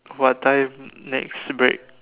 what time next break